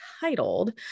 titled